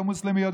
המוסלמיות,